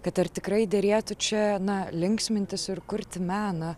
kad ar tikrai derėtų čia na linksmintis ir kurti meną